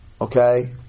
Okay